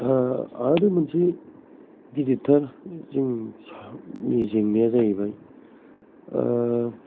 हा आरो मोनसे गिदिरथार जों जोंनि जेंनाया जाहैबाय